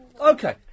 Okay